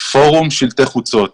פורום שלטי חוצות.